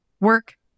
work